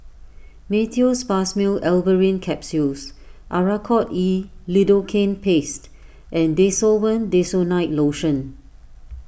Meteospasmyl Alverine Capsules Oracort E Lidocaine Paste and Desowen Desonide Lotion